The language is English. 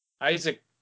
Isaac